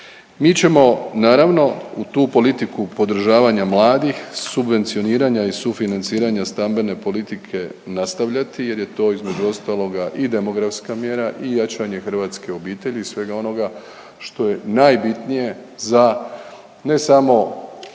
Mi ćemo naravno u tu politiku podržavanja mladih, subvencioniranja i sufinanciranja stambene politike nastavljati jer je to između ostaloga i demografska mjera i jačanje hrvatske obitelji i svega onoga što je najbitnije za ne samo